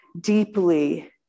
deeply